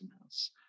House